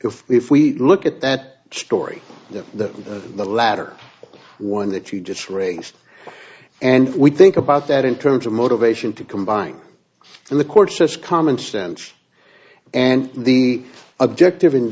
we if we look at that story that the latter one that you just raised and we think about that in terms of motivation to combine the court says common sense and the objective